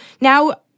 now